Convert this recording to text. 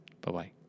Bye-bye